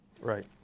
Right